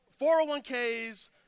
401ks